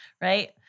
right